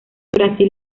brasil